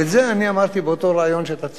ואת זה אמרתי באותו ריאיון שאתה ציטטת.